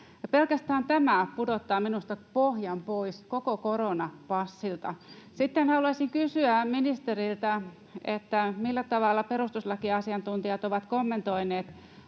Pelkästään tämä pudottaa minusta pohjan pois koko koronapassilta. Sitten haluaisin kysyä ministeriltä: Millä tavalla perustuslakiasiantuntijat ovat kommentoineet